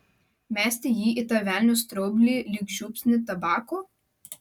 mesti jį į tą velnio straublį lyg žiupsnį tabako